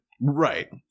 Right